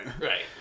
right